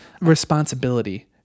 responsibility